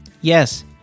yes